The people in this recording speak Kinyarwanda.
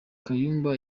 kayumba